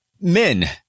men